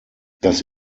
das